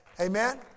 Amen